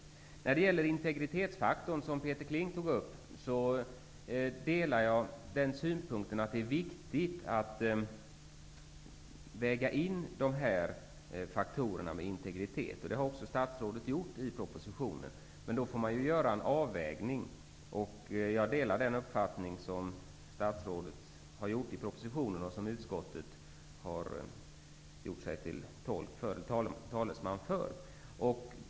Peter Kling tog upp integritetsfaktor. Jag delar synpunkten att det är viktigt att väga in integriteten i detta. Det har också statsrådet gjort i propositionen. Men man får göra en avvägning. Jag delar den uppfattning som statsrådet ger uttryck för i propositionen. Även utskottet har gjort sig till talesman för den.